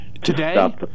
Today